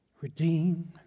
Redeem